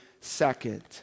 Second